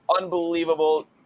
unbelievable